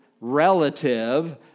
relative